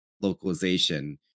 localization